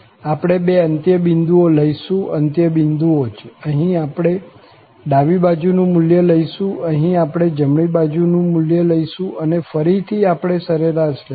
આપણે બે અંત્યબિંદુઓ લઈશું અંત્યબિંદુઓ જ અહીં આપણે ડાબી બાજુનું મુલ્ય લઈશું અહીં આપણે જમણી બાજુનું મુલ્ય લઈશું અને ફરી થી આપણે સરેરાશ લઈશું